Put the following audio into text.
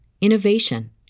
innovation